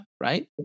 right